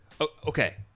Okay